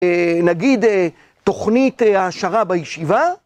נגיד תוכנית ההשארה בישיבה.